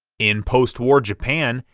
in post-war japan,